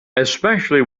especially